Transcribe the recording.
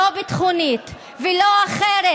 לא ביטחונית ולא אחרת,